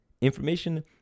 Information